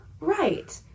right